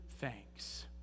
thanks